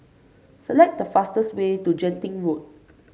select the fastest way to Genting Road